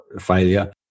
failure